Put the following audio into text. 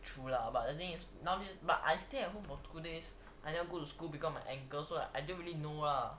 true lah but the thing is nowadays but I stay at home for two days I never go to school because my ankle so I don't really know lah